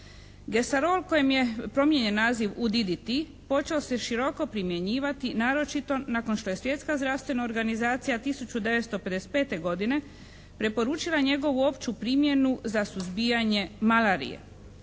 Gesarol kojem je promijenjen naziv u DDT počeo se široko primjenjivati naročito nakon što je Svjetska zdravstvena organizacija 1955. godine preporučila njegovu opću primjenu za suzbijanje malarije.